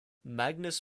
magnus